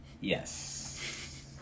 Yes